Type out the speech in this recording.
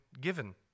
given